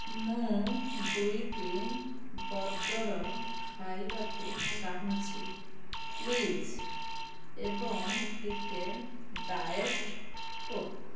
ମୁଁ ଦୁଇଟି ବର୍ଗର୍ ଖାଇବାକୁ ଚାହୁଁଛି ପ୍ଳିଜ୍ ଏବଂ ଟିକେ ଡାଏଟ୍ କୋକ୍